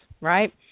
right